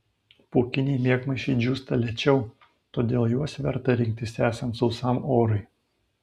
pūkiniai miegmaišiai džiūsta lėčiau todėl juos verta rinktis esant sausam orui